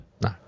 No